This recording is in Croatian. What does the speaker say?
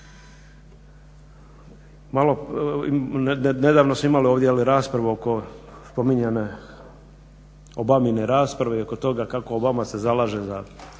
Nedavno smo imali ovdje raspravu oko spominjane Obamine rasprave i oko toga kako se Obama zalaže za